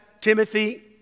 Timothy